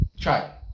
try